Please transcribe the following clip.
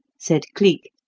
said cleek,